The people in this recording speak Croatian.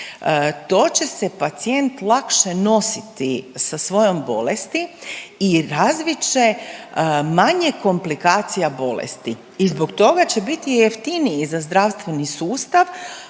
to će se pacijent lakše nositi sa svojom bolesti i razvit će manje komplikacija bolesti i zbog toga će biti jeftiniji za zdravstveni sustav,